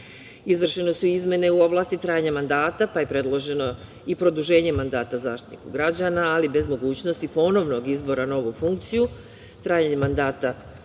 Izvršene su izmene u oblasti trajanja mandata pa je predloženo i produženje mandata Zaštitniku građana, ali bez mogućnosti ponovnog izbora na ovu funkciju. Trajanje mandata je planirano